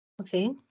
Okay